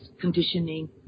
conditioning